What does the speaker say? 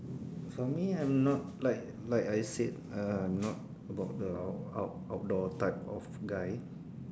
for me I'm not like like I said uh I'm not about the out~ out~ outdoor type of guy